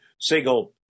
single